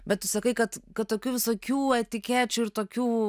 bet tu sakai kad kad tokių visokių etikečių ir tokių